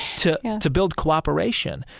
to to build cooperation.